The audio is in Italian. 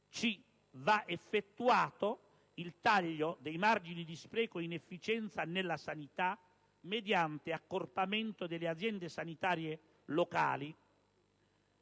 effettuato il taglio dei margini di spreco e inefficienza nella sanità mediante accorpamento delle Aziende sanitarie locali